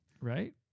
Right